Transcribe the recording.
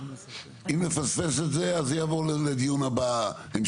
אז זה יעבור לדיון הבא,